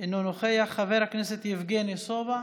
אינו נוכח, חבר הכנסת יבגני סובה,